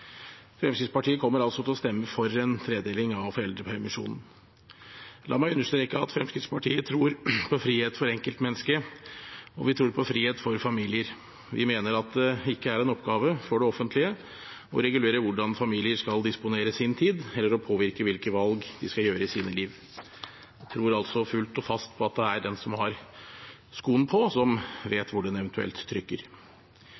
Fremskrittspartiet kommer altså til å stemme for en tredeling av foreldrepermisjonen. La meg understreke at Fremskrittspartiet tror på frihet for enkeltmennesket. Og vi tror på frihet for familier. Vi mener at det ikke er en oppgave for det offentlige å regulere hvordan familier skal disponere sin tid, eller å påvirke hvilke valg de skal gjøre i livet. Jeg tror altså fullt og fast på at det er den som har skoen på, som